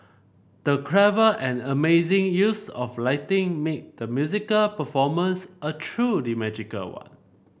the clever and amazing use of lighting made the musical performance a truly magical one